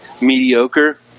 mediocre